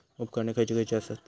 उपकरणे खैयची खैयची आसत?